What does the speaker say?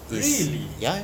really